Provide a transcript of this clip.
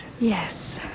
Yes